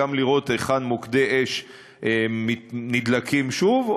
גם לראות היכן מוקדי אש נדלקים שוב,